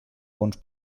bons